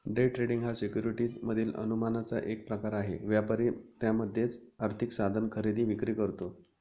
day trading हा securities मधील अनुमानाचा एक प्रकार आहे, व्यापारी त्यामध्येच आर्थिक साधन खरेदी विक्री करतो